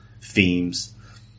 themes